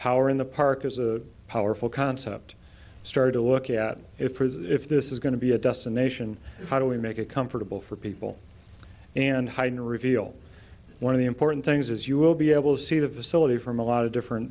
power in the park is a powerful concept started to look at it for that if this is going to be a destination how do we make it comfortable for people and hide to reveal one of the important things as you will be able to see the facility from a lot of different